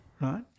right